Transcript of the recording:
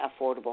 Affordable